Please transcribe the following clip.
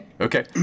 Okay